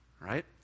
Right